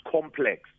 complex